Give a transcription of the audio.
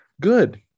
Good